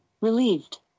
relieved